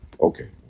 Okay